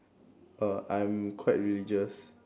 oh I'm quite religious